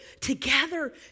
together